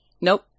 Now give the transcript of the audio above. nope